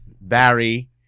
Barry